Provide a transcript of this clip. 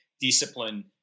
discipline